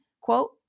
quote